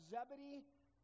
Zebedee